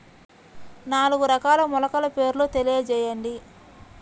నాలుగు రకాల మొలకల పేర్లు తెలియజేయండి?